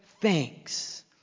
thanks